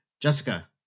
Jessica